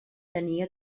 tenia